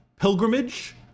pilgrimage